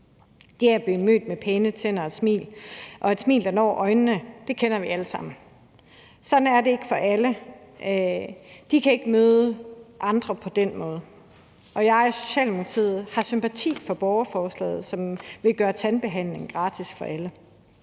Det at blive mødt med pæne tænder og et smil, der når øjnene, kender vi alle sammen. Men det er ikke alle, der kan møde andre på den måde, så jeg og Socialdemokratiet har sympati for borgerforslaget, som vil gøre tandbehandling gratis for alle.